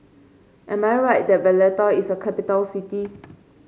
am I right that Valletta is a capital city